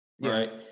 Right